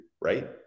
Right